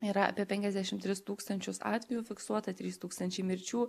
yra apie penkiasdešim tris tūkstančius atvejų fiksuota trys tūkstančiai mirčių